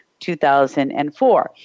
2004